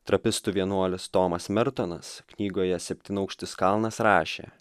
trapistų vienuolis tomas mertonas knygoje septynaukštis kalnas rašė